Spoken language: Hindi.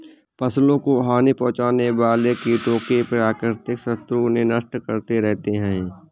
फसलों को हानि पहुँचाने वाले कीटों के प्राकृतिक शत्रु उन्हें नष्ट करते रहते हैं